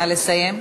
נא לסיים.